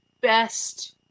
best